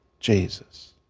jesus,